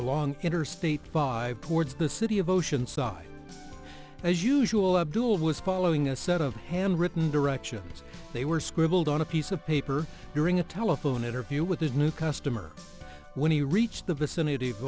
along interstate five towards the city of oceanside as usual abdul was following a set of hand written directions they were scribbled on a piece of paper during a telephone interview with his new customer when he reached the vicinity of